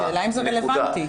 השאלה אם זה רלוונטי.